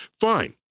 Fine